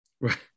Right